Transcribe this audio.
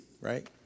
right